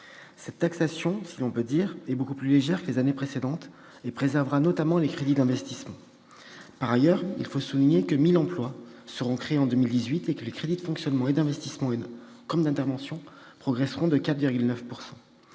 Cette taxation est beaucoup plus légère que les années précédentes et préservera notamment les crédits d'investissement. Par ailleurs, je souligne que 1 000 emplois seront créés en 2018 et que les crédits de fonctionnement, d'investissement et d'intervention progresseront de 4,9 %.